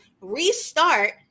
restart